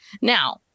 now